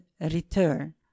return